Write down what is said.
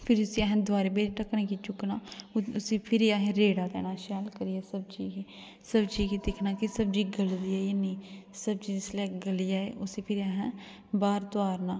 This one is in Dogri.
फिर उसी असें दोआरै पेई ढक्कनी चुक्कना उसी फिरी असें रेड़ा देना ते सब्ज़ी गी दिक्खना की सब्ज़ी गली जां नेईं सब्ज़ी जेल्लै गली जाये ते उसी भिरी असें बाहर तोआरना